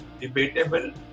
debatable